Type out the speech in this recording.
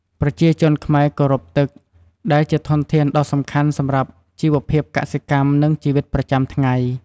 ប្រជាជនខ្មែរគោរពទឹក ដែលជាធនធានដ៏សំខាន់សម្រាប់ជីវភាពកសិកម្ម និងជីវិតប្រចាំថ្ងៃ។